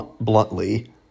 bluntly